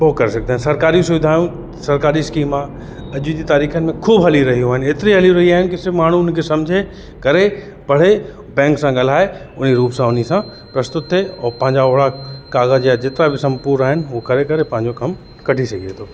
उहो करे सघंदा आहियूं सरकारी सुविधाऊं सरकारी स्कीमा अॼ जी तारीखन में खूब हली रहियूं आइन हेतिरी हली रयू आइन कि सिर्फ माण्हू उन खे सम्झे करे पढ़े बैंक सां ॻाल्हाए उन रूप सां उन सां प्रस्तुत थिए औरि पंहिंजा ओहिड़ा काग़र जे जेतिरा बि संपूर आहिनि हो करे करे पंहिंजो कमु कढी सघे तो